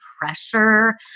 pressure